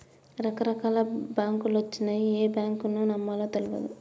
రకరకాల బాంకులొచ్చినయ్, ఏ బాంకును నమ్మాలో తెల్వదు